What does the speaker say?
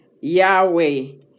yahweh